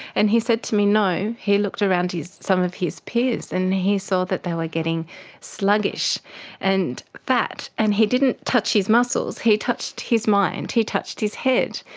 and he said to me, no, he looked around to some of his peers and he saw that they were getting sluggish and fat, and he didn't touch his muscles, he touched his mind, he touched his head,